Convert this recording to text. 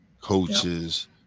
coaches